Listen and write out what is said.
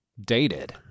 dated